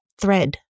thread